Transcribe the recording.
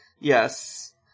Yes